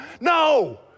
No